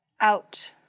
Out